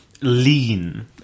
lean